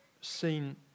seen